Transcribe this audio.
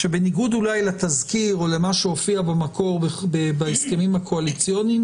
בניגוד אולי לתזכיר או למה שהופיע במקור בהסכמים הקואליציוניים.